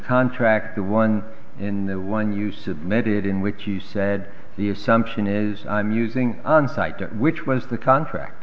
contract the one in the one you submitted in which you said the assumption is i'm using onsite which was the contract